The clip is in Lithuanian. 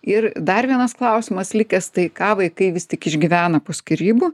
ir dar vienas klausimas likęs tai ką vaikai vis tik išgyvena po skyrybų